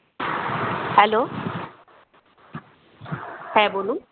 hello হ্যাঁ বলুন